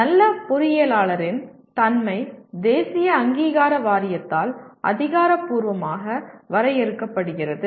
நல்ல பொறியியலாளரின் தன்மை தேசிய அங்கீகார வாரியத்தால் அதிகாரப்பூர்வமாக வரையறுக்கப்படுகிறது